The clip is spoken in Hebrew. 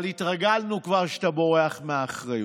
אבל התרגלנו כבר שאתה בורח מאחריות.